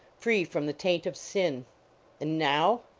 free from the taint of sin. and now?